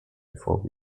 before